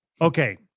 Okay